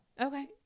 Okay